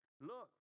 Look